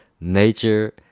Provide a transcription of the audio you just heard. Nature